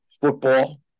football